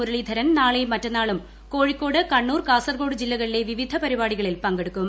മുര്ളീധരൻ നാളെയും മറ്റന്നാളും കോഴിക്കോട് കണ്ണൂർ കാസർകോട് ജില്ലകളിലെ വിവിധ പരിപാടികളിൽ പങ്ക്ടൂക്കും